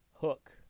Hook